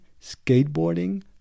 skateboarding